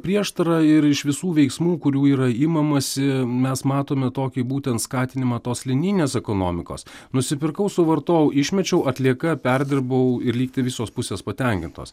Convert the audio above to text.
prieštara ir iš visų veiksmų kurių yra imamasi mes matome tokį būtent skatinimą tos linijinės ekonomikos nusipirkau suvartojau išmečiau atlieka perdirbau ir lygtai visos pusės patenkintos